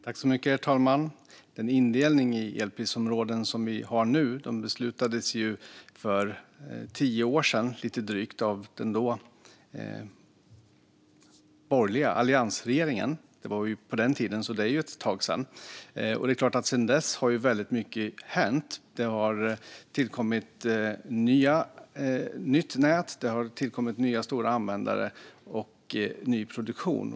Herr talman! Den indelning i elprisområden som vi har nu beslutades ju för lite drygt tio år sedan av den borgerliga alliansregeringen. Det är ett tag sedan. Det är klart att sedan dess har väldigt mycket hänt. Det har tillkommit ett nytt nät, nya stora användare och ny produktion.